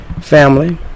family